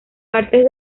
partes